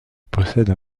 possède